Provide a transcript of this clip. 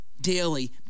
daily